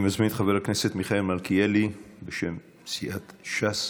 אני מזמין את חבר הכנסת מלכיאלי, בשם סיעת ש"ס.